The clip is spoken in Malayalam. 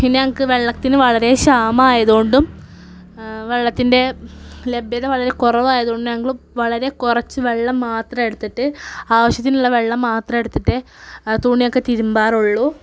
പിന്നെ ഞങ്ങൾക്ക് വെള്ളത്തിന് വളരേ ക്ഷാമം ആയതുകൊണ്ടും വെള്ളത്തിന്റെ ലഭ്യത വളരെ കുറവായതുകൊണ്ടും ഞങ്ങൾ വളരെ കുറച്ച് വെള്ളം മാത്രം എടുത്തിട്ട് ആവശ്യത്തിനുള്ള വെള്ളം മാത്രം എടുത്തിട്ടേ തുണിയൊക്കെ തിരുമ്പാറുള്ളൂ